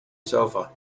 sofa